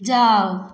जाउ